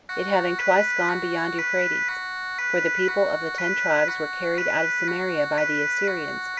it having twice gone beyond euphrates for the people of the ten tribes were carried out of samaria by the assyrians,